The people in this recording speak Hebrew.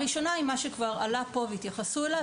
הראשונה היא מה שכבר עלה פה והתייחסו אליו